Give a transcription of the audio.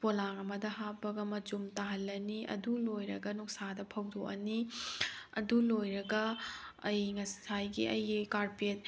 ꯄꯣꯂꯥꯡ ꯑꯃꯗ ꯍꯥꯞꯄꯒ ꯃꯆꯨꯝ ꯇꯥꯍꯜꯂꯅꯤ ꯑꯗꯨ ꯂꯣꯏꯔꯒ ꯅꯨꯡꯁꯥꯗ ꯐꯥꯎꯗꯣꯛꯑꯅꯤ ꯑꯗꯨ ꯂꯣꯏꯔꯒ ꯑꯩ ꯉꯁꯥꯏꯒꯤ ꯑꯩꯒꯤ ꯀꯥꯔꯄꯦꯠ